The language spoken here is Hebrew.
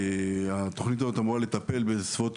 התוכנית הזאת אמורה לטפל בסביבות